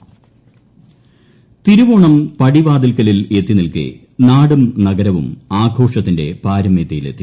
ഉത്രാടപ്പാച്ചിൽ തിരുവോണം പടിവാതിൽക്കലിൽ എത്തിനിൽക്കെ നാടും നഗരവും ആഘോഷത്തിന്റെ പാരമ്യതയിലെത്തി